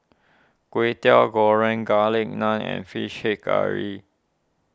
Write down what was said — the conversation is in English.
Kway Teow Goreng Garlic Naan and Fish Head Curry